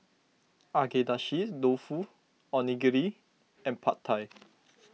Agedashi Dofu Onigiri and Pad Thai